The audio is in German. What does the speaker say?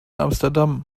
amsterdam